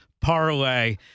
parlay